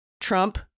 Trump